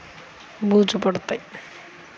వేరుశనగలు తేమగా ఉన్నప్పుడు ఎందుకు నిల్వ ఉంచకూడదు?